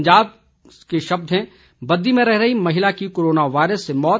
पंजाब के शब्द हैं बद्दी में रह रही महिला की कोरोना वायरस से मौत